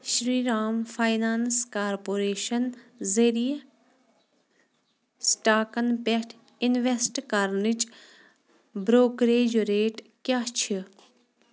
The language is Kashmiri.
شرٛی رام فاینانٕس کارپوریشن ذٔریعہٕ سٕٹاکَن پٮ۪ٹھ اِنوٮ۪سٹ کرنٕچ برٛوکریج ریٹ کیٛاہ چھِ